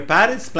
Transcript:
Paris